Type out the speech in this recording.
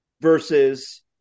versus